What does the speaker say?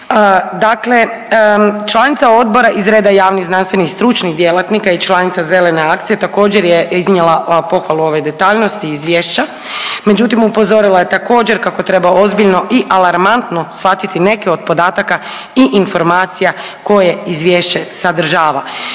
Dakle članica odbora iz reda javnih, znanstvenih i stručnih djelatnika i članica Zelene akcije također je iznijela pohvalu ove detaljnosti izvješća, međutim upozorila je također kako treba ozbiljno i alarmantno shvatiti neke od podataka i informacija koje izvješće sadržava.